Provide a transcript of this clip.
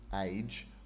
age